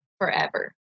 forever